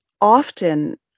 often